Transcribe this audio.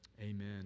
amen